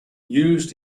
used